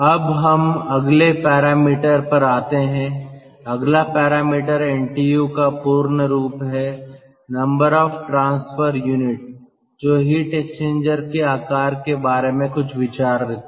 अब हम अगले पैरामीटर पर आते हैं अगला पैरामीटर NTU का पूर्ण रूप है नंबर ऑफ ट्रांसफर यूनिट जो हीट एक्सचेंजर के आकार के बारे में कुछ विचार देता है